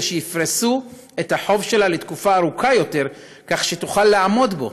שיפרסו את החוב שלה לתקופה ארוכה יותר כך שתוכל לעמוד בו,